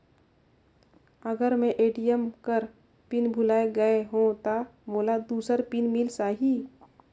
अगर मैं ए.टी.एम कर पिन भुलाये गये हो ता मोला दूसर पिन मिल जाही?